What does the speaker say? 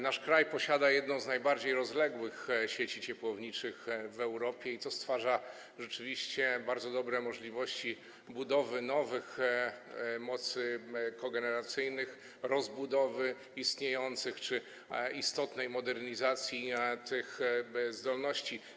Nasz kraj posiada jedną z najbardziej rozległych sieci ciepłowniczych w Europie, co rzeczywiście stwarza bardzo dobre możliwości budowy nowych mocy kogeneracyjnych, rozbudowy istniejących czy istotnej modernizacji tych zdolności.